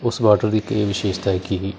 ਉਸ ਬਾਰਡਰ ਇੱਕ ਇਹ ਵਿਸ਼ੇਸ਼ਤਾ ਹੈ ਕਿ